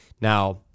Now